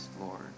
Lord